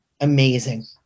amazing